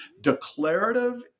Declarative